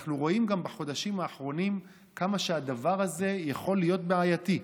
ואנחנו רואים בחודשים האחרונים כמה שהדבר הזה יכול להיות בעייתי.